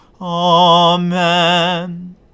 Amen